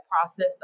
process